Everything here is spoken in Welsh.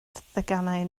theganau